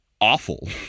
awful